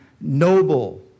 noble